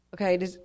Okay